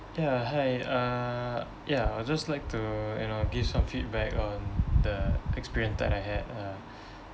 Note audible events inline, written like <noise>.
ya hi uh ya I would just like to you know give some feedback on the experience that I had uh <breath>